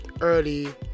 early